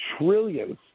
trillions